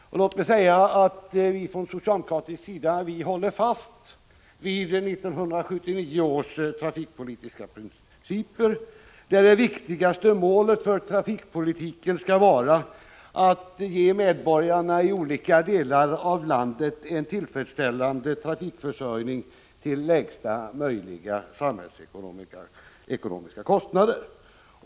Låt mig säga att vi från socialdemokratisk sida håller fast vid 1979 års trafikpolitiska principer, där det viktigaste målet för trafikpolitiken är att ge medborgarna i olika delar av landet en tillfredsställande trafikförsörjning till lägsta möjliga samhällsekonomiska kostnader.